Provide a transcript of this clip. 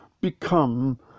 become